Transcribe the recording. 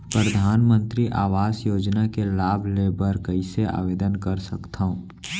परधानमंतरी आवास योजना के लाभ ले बर कइसे आवेदन कर सकथव?